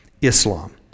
Islam